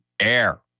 air